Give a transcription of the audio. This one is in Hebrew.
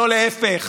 לא להפך.